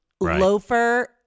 loafer